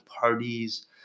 parties